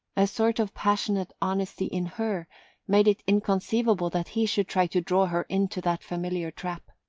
a sort of passionate honesty in her made it inconceivable that he should try to draw her into that familiar trap.